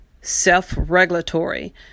self-regulatory